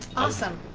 awesome.